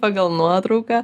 pagal nuotrauką